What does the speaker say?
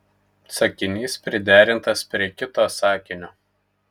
sakinys priderintas prie kito sakinio